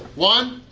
one,